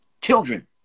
children